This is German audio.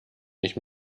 nicht